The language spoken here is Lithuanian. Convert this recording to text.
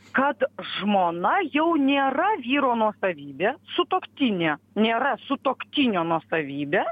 kad žmona jau nėra vyro nuosavybė sutuoktinė nėra sutuoktinio nuosavybė